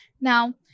Now